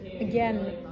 again